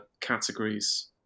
categories